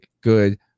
good